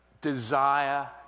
desire